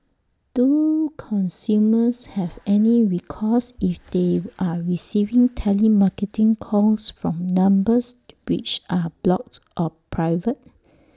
do consumers have any recourse if they are receiving telemarketing calls from numbers which are blocked or private